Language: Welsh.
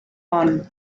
hon